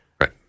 Right